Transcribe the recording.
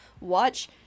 watch